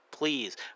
Please